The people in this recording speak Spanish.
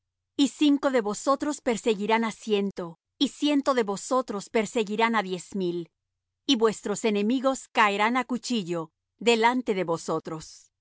y cinco de vosotros perseguirán á ciento y ciento de vosotros perseguirán á diez mil y vuestros enemigos caerán á cuchillo delante de vosotros